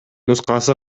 нускасы